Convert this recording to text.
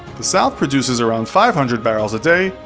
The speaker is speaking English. the south produces around five hundred barrels a day,